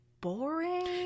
boring